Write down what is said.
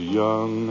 young